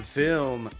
film